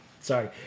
sorry